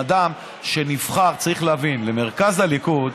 בן אדם שנבחר צריך להבין: למרכז הליכוד,